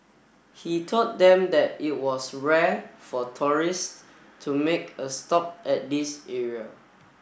he told them that it was rare for tourists to make a stop at this area